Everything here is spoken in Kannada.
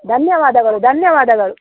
ಧನ್ಯವಾದಗಳು ಧನ್ಯವಾದಗಳು